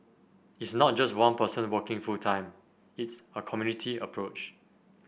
it's not just one person working full time it's a community approach